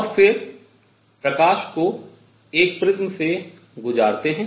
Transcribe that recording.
और फिर प्रकाश को एक प्रिज्म से होकर गुजारते है